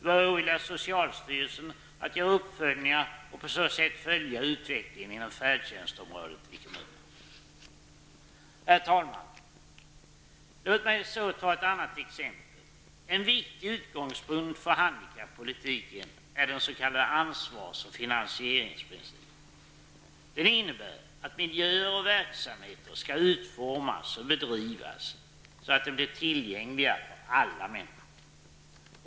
Det bör åvila socialstyrelsen att göra uppföljningar och på så sätt följa utvecklingen inom färdtjänstområdet i kommunerna. Herr talman! Låt mig ta ett annat exempel. En viktig utgångspunkt för handikappolitiken är den s.k. ansvars och finansieringsprincipen. Den innebär att miljöer skall utformas och verksamheter bedrivas så att de blir tillgängliga för alla människor.